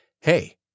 Hey